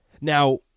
Now